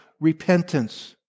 repentance